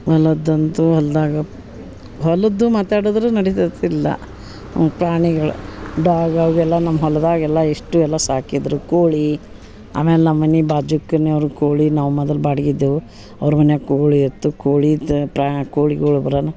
ಹೊಲದಂತು ಹೊಲ್ದಾಗ ಹೊಲದ್ದು ಮಾತಾಡುದ್ರು ನಡಿತತ್ ಇಲ್ಲ ಅವ ಪ್ರಾಣಿಗಳ ಡಾಗ್ ಅವೆಲ್ಲ ನಮ್ಮ ಹೊಲ್ದಾಗೆಲ್ಲ ಎಷ್ಟು ಎಲ್ಲ ಸಾಕಿದ್ರು ಕೋಳಿ ಆಮೇಲೆ ನಮ್ಮ ಮನೆ ಬಾಜುಕಿನರ ಕೋಳಿ ನಾವು ಮೊದಲ ಬಾಡ್ಗಿ ಇದ್ದೆವು ಅವ್ರ ಮನ್ಯಾಗ ಕೋಳಿ ಇತ್ತು ಕೋಳಿ ಇತ್ತು ಪ್ರ ಕೋಳಿಗಳ ಬರನ